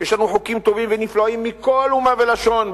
יש לנו חוקים טובים ונפלאים מכל אומה ולשון,